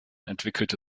entwickelte